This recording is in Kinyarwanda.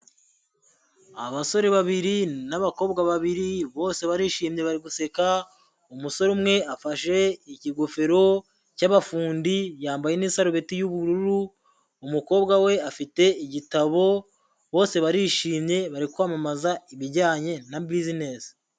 Abasore babiri n'abakobwa babiri bose barishimye bari guseka, umusore umwe afashe ikigofero cy'abafundi yambaye n'isarubeti y'ubururu, umukobwa we afite igitabo, bose barishimye bari kwamamaza ibijyanye na bizinesi.